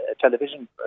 television